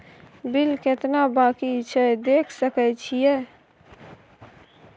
Bill केतना बाँकी छै देख सके छियै?